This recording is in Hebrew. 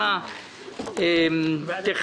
תסתכלו על הנוסח: "תוקף